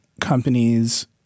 companies